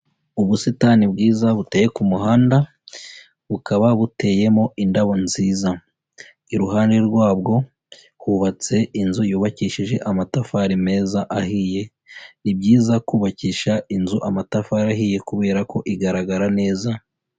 Ubusitani bwiza buteye ku muhanda bukaba buteyemo indabo nziza, iruhande rwabwo hubatse inzu yubakishije amatafari meza ahiye; ni byiza kubakisha inzu amatafari ahiye kubera ko igaragara neza.